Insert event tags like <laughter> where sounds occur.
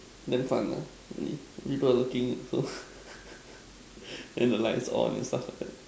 damn fun lah need rebel looking so <laughs> then the lights on and stuff like that